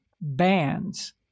bands